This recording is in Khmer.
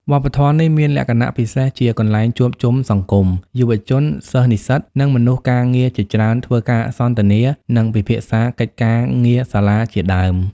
វប្បធម៌នេះមានលក្ខណៈពិសេសជាកន្លែងជួបជុំសង្គម យុវជន សិស្សនិស្សិត និងមនុស្សការងារជាច្រើន ធ្វើការសន្ទនា និងពិភាក្សាកិច្ចការងារសាលាជាដើម។